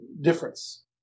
difference